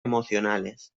emocionales